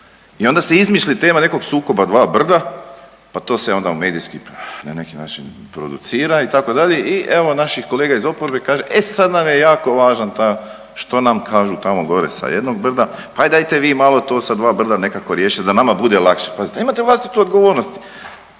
I onda se izmisli tema nekog sukoba 2 brda pa to se onda u medijski, ne neki način producira, itd., i evo naših kolega iz oporbe kaže, e sad nam je jako važan ta što nam kažu tamo gore sa jednog brda, pa dajte vi malo to sa dva brda nekako riješite da nama bude lakše, pazite, a imate vlastitu odgovornost.